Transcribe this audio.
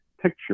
picture